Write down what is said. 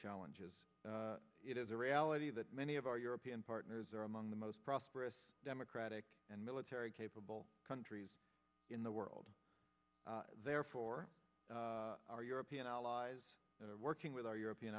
challenges it is a reality that many of our european partners are among the most prosperous democratic and military capable countries in the world therefore our european allies working with our european